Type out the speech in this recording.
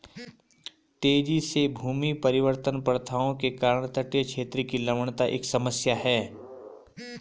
तेजी से भूमि परिवर्तन प्रथाओं के कारण तटीय क्षेत्र की लवणता एक समस्या है